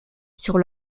sur